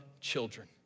children